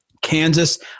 Kansas